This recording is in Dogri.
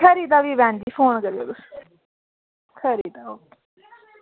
खरी भी तां भैन जी फोन करेओ खरी तां